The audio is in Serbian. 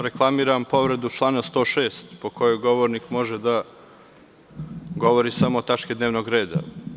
Reklamiram povredu člana 106. po kojoj govornik može da govori samo o tački dnevnog reda.